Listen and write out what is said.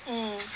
mm